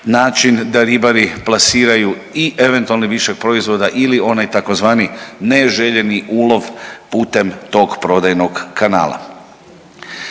način da ribari plasiraju i eventualni višak proizvoda ili onaj tzv. neželjeni ulov putem tog prodajnog kanala.